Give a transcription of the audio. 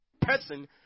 Person